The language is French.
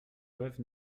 veuve